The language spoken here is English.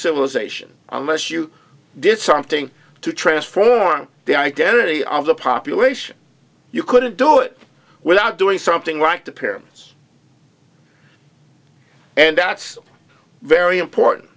civilization unless you did something to transform the identity of the population you couldn't do it without doing something like the pyramids and that's very important